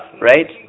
right